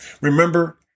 Remember